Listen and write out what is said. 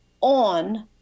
on